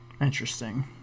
Interesting